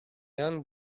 young